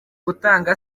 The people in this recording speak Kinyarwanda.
gutanga